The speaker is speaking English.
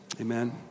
Amen